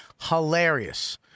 Hilarious